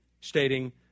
stating